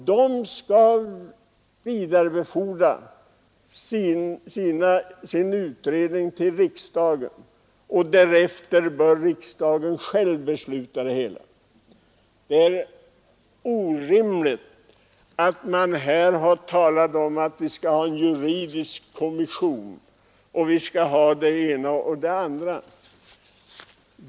Den skall vidarebefordra resultatet av sitt utredningsarbete till riksdagen, och därefter bör riksdagen själv besluta om det hela. Det är orimligt när man här talar om att vi skall ha en juridisk kommission, vi skall ha det ena och det andra.